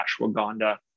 ashwagandha